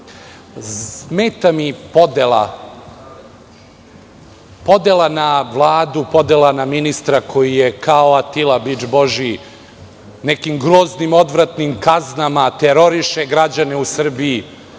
mi podela na vladu, podelu na ministra, koji, kao Atila Bič Božiji, nekim groznim, odvratnim kaznama teroriše građane u Srbiji,